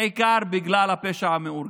בעיקר בגלל הפשע המאורגן.